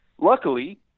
Luckily